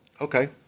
Okay